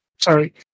sorry